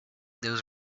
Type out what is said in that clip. those